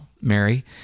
Mary